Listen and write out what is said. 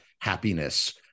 happiness